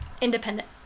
Independent